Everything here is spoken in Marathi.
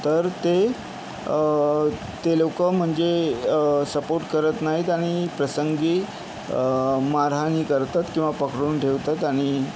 तर ते ते लोकं म्हणजे सपोर्ट करत नाहीत आणि प्रसंगी मारहाणही करतात किंवा पकडून ठेवतात आणि